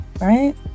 right